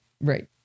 Right